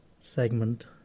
segment